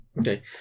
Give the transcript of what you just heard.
Okay